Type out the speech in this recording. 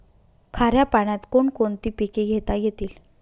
खाऱ्या पाण्यात कोण कोणती पिके घेता येतील?